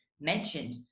mentioned